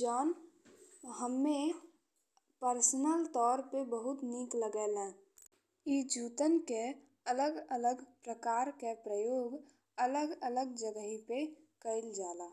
जौन हममे पर्सनल तउर पे बहुत नीक लागेले। ए जूतन के अलग-अलग प्रकार के प्रयोग अलग-अलग जगाही पे कइल जाला।